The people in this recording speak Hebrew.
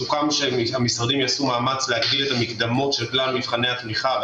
סוכם שהמשרדים יעשו מאמץ להגדיל את המקדמות של כלל מבחני התמיכה,